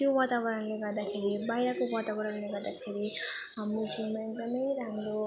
त्यो वातावरणले गर्दाखेरि बाहिरको वातावरणले गर्दाखेरि हाम्रो जिउमा एकदम राम्रो